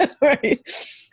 right